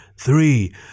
three